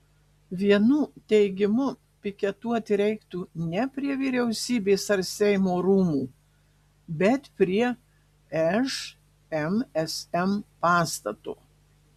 vienų teigimu piketuoti reiktų ne prie vyriausybės ar seimo rūmų bet prie šmsm pastato